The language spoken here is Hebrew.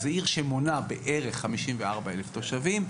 זו עיר שמונה בערך 54,000 תושבים.